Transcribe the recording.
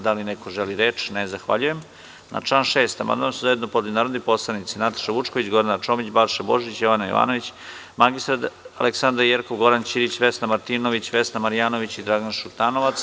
Da li neko želi reč? (Ne.) Na član 6. amandman su zajedno podneli narodni poslanici Nataša Vučković, Gordana Čomić, Balša Božović, Jovana Jovanović, mr Aleksandra Jerkov, Goran Ćirić, Vesna Martinović, Vesna Marjanović i Dragan Šutanovac.